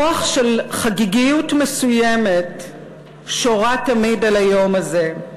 רוח של חגיגיות מסוימת שורה תמיד על היום הזה,